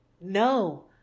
No